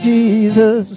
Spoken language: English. Jesus